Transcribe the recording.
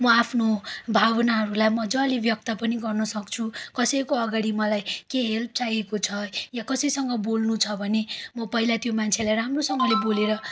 म आफ्नो भावनाहरूलाई मजाले व्यक्त पनि गर्नसक्छु कसैको अगाडि मलाई केही हेल्प चाहिएको छ या कसैसँग बोल्नु छ भने म पहिला त्यो मान्छेलाई राम्रोसँगले बोलेर